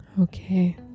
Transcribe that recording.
Okay